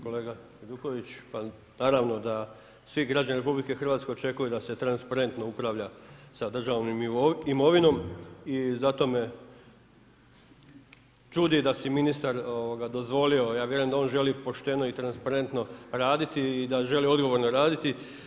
Kolega Hajduković, pa naravno da svi građani RH očekuju da se transparentno upravlja sa državnom imovinom i zato me čudi da si ministar dozvolio, ja vjerujem da on želi pošteno i transparentno raditi i da želi odgovorno raditi.